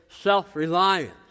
self-reliance